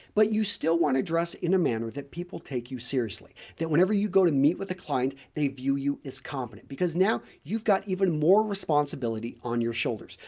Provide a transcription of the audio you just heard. but you still want to dress in a manner that people take you seriously. that whenever you go to meet with a client they view you as competent because now you've got even more responsibility on your shoulders.